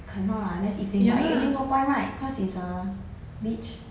cannot lah unless evening but evening no point right cause it's a beach